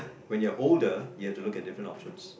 when you're older you've to looks at different options